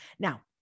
Now